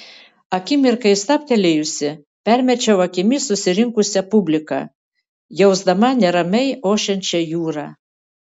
akimirkai stabtelėjusi permečiau akimis susirinkusią publiką jausdama neramiai ošiančią jūrą